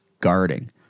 guarding